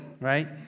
right